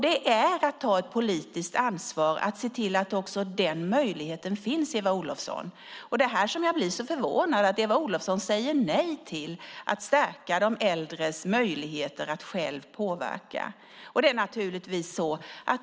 Det är att ta ett politiskt ansvar att se till att också den möjligheten finns, Eva Olofsson. Jag blir så förvånad att Eva Olofsson säger nej till att stärka de äldres möjligheter att själva påverka.